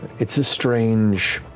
it's a strange